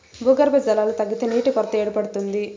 భూగర్భ జలాలు తగ్గితే నీటి కొరత ఏర్పడుతుంది